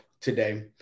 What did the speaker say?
today